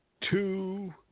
two